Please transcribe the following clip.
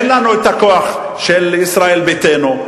אין לנו הכוח של ישראל ביתנו,